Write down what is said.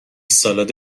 سالاد